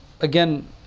again